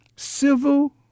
civil